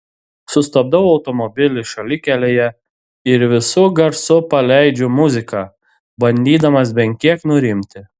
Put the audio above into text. sustabdau automobilį šalikelėje ir visu garsu paleidžiu muziką bandydamas bent kiek nurimti